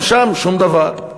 גם שם שום דבר: